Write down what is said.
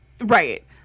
right